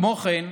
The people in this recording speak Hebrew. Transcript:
כמו כן,